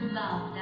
love